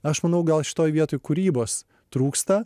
aš manau gal šitoj vietoj kūrybos trūksta